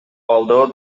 although